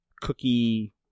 cookie